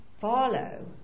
follow